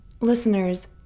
Listeners